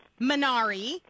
minari